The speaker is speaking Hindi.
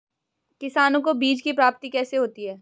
किसानों को बीज की प्राप्ति कैसे होती है?